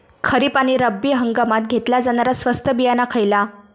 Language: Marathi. खरीप आणि रब्बी हंगामात घेतला जाणारा स्वस्त बियाणा खयला?